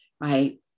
right